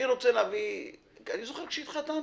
אני זוכר כשהתחתנתי.